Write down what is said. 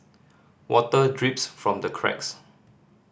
water drips from the cracks